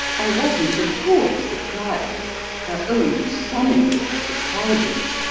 i wasn't at all surprised. her own son-in-law supplies it.